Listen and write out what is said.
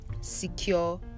secure